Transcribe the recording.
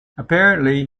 apparently